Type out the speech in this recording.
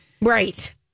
right